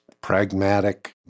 pragmatic